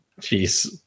Jeez